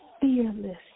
fearless